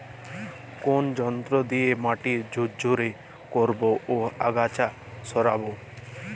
কোন যন্ত্র দিয়ে মাটি ঝুরঝুরে করব ও আগাছা সরাবো?